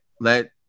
let